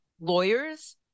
lawyers